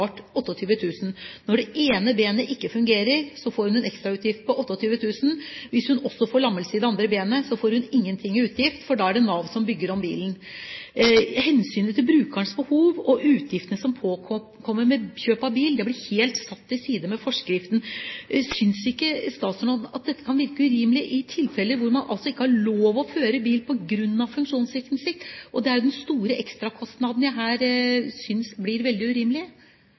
Når det ene benet ikke fungerer, får hun en ekstrautgift på 28 000 kr. Hvis hun også får lammelse i det andre benet, får hun ingen utgift, for da er det Nav som bygger om bilen. Hensynet til brukerens behov og utgiftene som påløper ved kjøp av bil, blir helt satt til side med forskriften. Synes ikke statsråden at dette kan virke urimelig i tilfeller hvor man altså ikke har lov å føre bil på grunn av funksjonssvikt? Det er den store ekstrakostnaden jeg her synes blir veldig